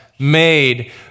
made